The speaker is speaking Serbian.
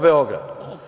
Beograd.